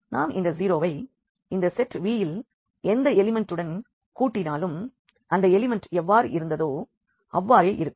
நாம் இந்த 0 வை இந்த செட் V இல் எந்த எலிமண்ட்டுடன் கூட்டினாலும் அந்த எலிமண்ட் எவ்வாறு இருந்ததோ அவ்வாறே இருக்கும்